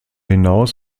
hinaus